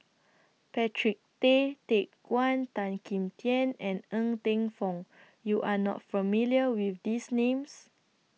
Patrick Tay Teck Guan Tan Kim Tian and Ng Teng Fong YOU Are not familiar with These Names